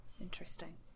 Interesting